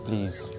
Please